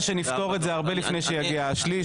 שנפתור את זה הרבה לפני שיגיע השליש,